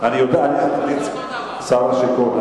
אני יודע, שר השיכון.